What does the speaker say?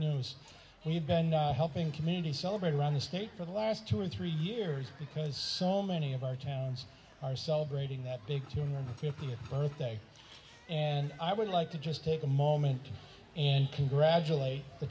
and we've been helping community celebrate around the state for the last two or three years because so many of our towns are celebrating that big fiftieth birthday and i would like to just take a moment and congratulate the